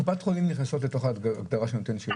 קופות חולים נכנסות לתוך ההגדרה של נותן שירות?